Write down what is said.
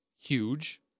huge